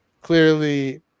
clearly